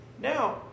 Now